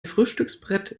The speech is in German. frühstücksbrett